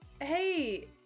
hey